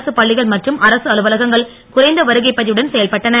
அரசுப் பள்ளிகள் மற்றும் அரசு அலுவலகங்கள் குறைந்த வருகைப் பதிவுடன் செயல்பட்டன